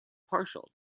partial